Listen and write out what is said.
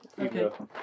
Okay